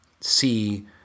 see